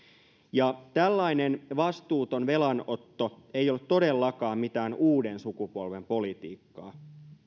tällainen vastuuton velanotto ei ole todellakaan mitään uuden sukupolven politiikkaa